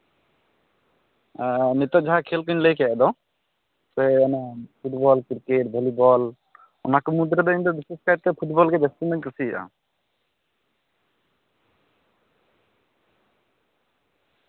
ᱱᱤᱛᱳᱜ ᱡᱟᱦᱟᱸ ᱠᱷᱮᱹᱞ ᱠᱩᱧ ᱞᱟᱹᱭ ᱠᱮᱫ ᱫᱚ ᱥᱮ ᱚᱱᱟ ᱯᱷᱩᱴᱵᱚᱞ ᱠᱨᱤᱠᱮᱴ ᱵᱷᱚᱞᱤᱵᱚᱞ ᱚᱱᱟ ᱠᱚ ᱢᱩᱫᱽᱨᱮ ᱤᱧ ᱫᱚ ᱵᱤᱥᱮᱥ ᱠᱟᱭᱛᱮ ᱯᱷᱩᱴᱵᱚᱞ ᱜᱮ ᱡᱟᱹᱥᱛᱤᱢᱟᱧ ᱠᱩᱥᱤᱭᱟᱜᱼᱟ